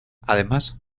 además